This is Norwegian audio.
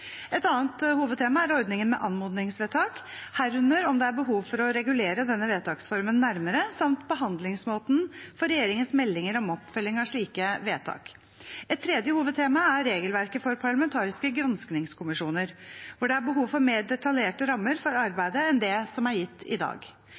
Et annet hovedtema er ordningen med anmodningsvedtak, herunder om det er behov for å regulere denne vedtaksformen nærmere, samt behandlingsmåten for regjeringens meldinger om oppfølging av slike vedtak. Et tredje hovedtema er regelverket for parlamentariske granskingskommisjoner, hvor det er behov for mer detaljerte rammer for